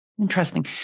Interesting